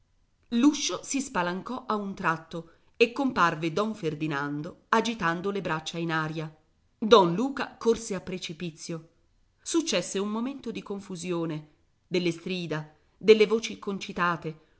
l'uscio si spalancò a un tratto e comparve don ferdinando agitando le braccia in aria don luca corse a precipizio successe un momento di confusione delle strida delle voci concitate